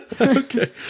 Okay